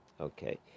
Okay